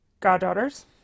goddaughters